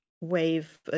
wave